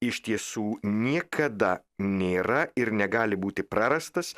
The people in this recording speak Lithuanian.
iš tiesų niekada nėra ir negali būti prarastas